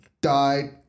died